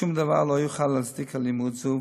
שום דבר לא יוכל להצדיק אלימות זו,